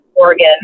Oregon